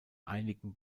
einigen